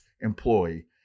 employee